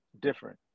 different